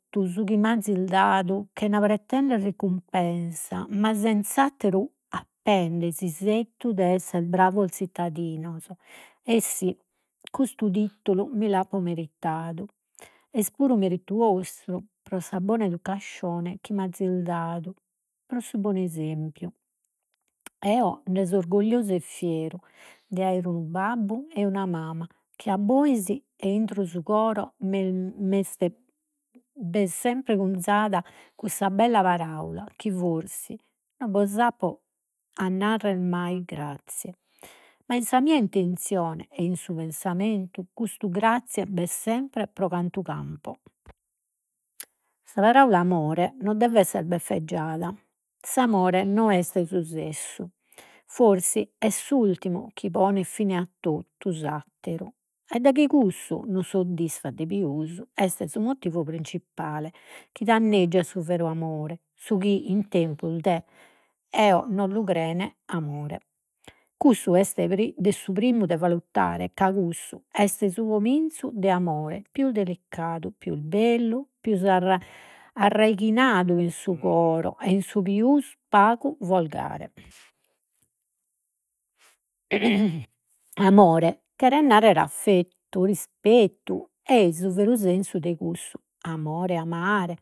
su chi mi azis dadu, chena pretendere ricumpensa, ma senz'atteru apende s'isettu de essere bravos zittadinos. cussu titulu mi l'apo meritadu, est puru meritu 'ostru, pro sa bona educascione chi m'azis dadu, pro su bonu esempiu. Eo de so orgogliosu e fieru, de aere unu babbu e una mama che a bois, e intro su coro b'est sempre cunzada cussa bella paraula chi forsis no bos a narrer mai, grazie, ma in sa mia intenzione e in su pensamentu, custu grazie b'est sempre pro cantu campo. Sa paraula amore no devet essere beffeggiata. S'amore no est su sessu, forsi est s'ultimu chi ponet fine a totu s'atteru e daghi cussu no soddisfat de pius, est su motivu prinzipale chi danneggiat su veru amore, su chi in tempus no lu creen amore. Cussu est de su primmu de valutare ca cussu est su cominzu de 'amore pius delicadu, pius bellu, pius arra arraighinadu in su coro ei su pius pagu volgare. Amore cheret narrere affettu, rispettu ei su veru sensu de cussu amore amare